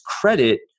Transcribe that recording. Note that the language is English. credit